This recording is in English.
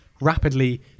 rapidly